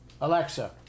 Alexa